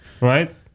Right